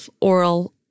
oral